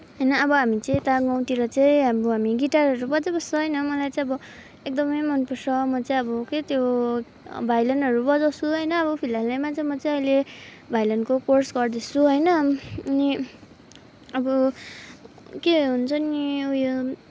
होइन अब हामी चाहिँ यता गाउँतिर चाहिँ अब हामी गिटारहरू बजाइबस्छ होइन मलाई चाहिँ अब एकदमै मनपर्छ म चाहिँ अब के त्यो भायोलिनहरू बजाउँछु होइन अब फिलहालैमा चाहिँ म चाहिँ अहिले भायोलिनको कोर्स गर्दैछु होइन अनि अब के हुन्छ नि उयो